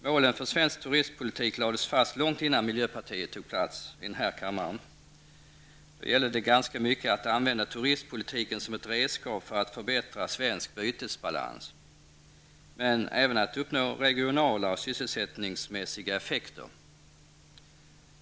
Målen för svensk turistpolitik lades fast långt innan miljöpartiet tog plats i kammaren. Då gällde det ganska mycket att använda turistpolitiken som ett redskap för att förbättra svensk bytesbalans men även att uppnå regionala och sysselsättningsmässiga effekter.